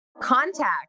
contact